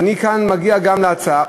ואני כאן מגיע גם להצעה,